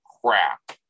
crap